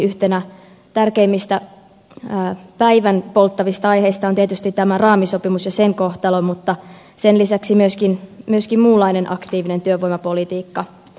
yhtenä tärkeimmistä päivänpolttavista aiheista on tietysti tämä raamisopimus ja sen kohtalo mutta sen lisäksi myöskin muunlainen aktiivinen työvoimapolitiikka